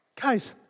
Guys